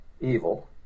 evil